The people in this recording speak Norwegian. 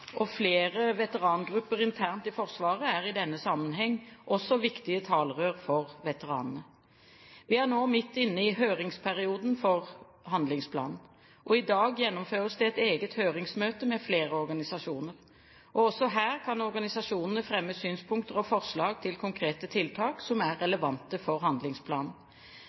og flere veterangrupper internt i Forsvaret er i denne sammenheng viktige talerør for veteranene. Vi er nå midt inne i høringsperioden for handlingsplanen. I dag gjennomføres det et eget høringsmøte med flere organisasjoner. Også her kan organisasjonene fremme synspunkter og forslag til konkrete tiltak som er relevante for handlingsplanen.